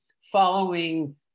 following